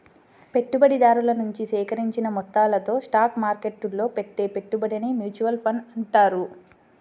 పెట్టుబడిదారుల నుంచి సేకరించిన మొత్తాలతో స్టాక్ మార్కెట్టులో పెట్టే పెట్టుబడినే మ్యూచువల్ ఫండ్ అంటారు